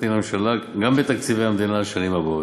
לממשלה גם בתקציבי המדינה לשנים הבאות.